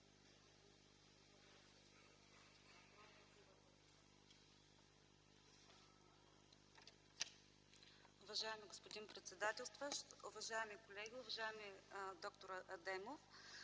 Уважаеми господин председател, уважаеми колеги, уважаеми д-р Адемов!